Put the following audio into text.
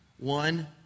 One